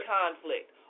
conflict